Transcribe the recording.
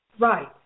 Right